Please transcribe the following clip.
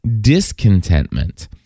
discontentment